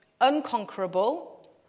unconquerable